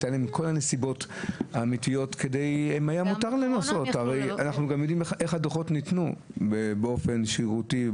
אנחנו גם יודעים איך ניתנו הדוחות באופן שרירותי.